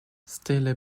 stele